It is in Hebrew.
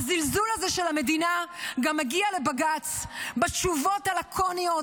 הזלזול הזה של המדינה גם מגיע לבג"ץ בתשובות הלקוניות,